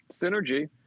synergy